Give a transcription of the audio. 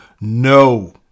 no